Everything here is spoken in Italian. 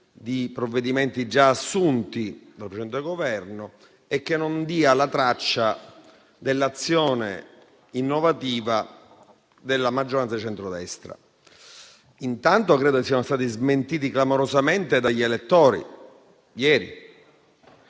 di provvedimenti già assunti dal precedente Governo e che non dia la traccia dell'azione innovativa della maggioranza di centrodestra. Intanto, credo che ieri essi siano stati smentiti clamorosamente dagli elettori.